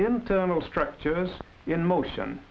internal structures in motion